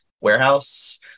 warehouse